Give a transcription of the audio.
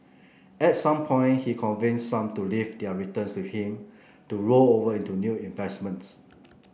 at some point he convinced some to leave their returns with him to roll over into new investments